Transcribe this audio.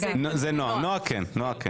זה נועה, נועה כן.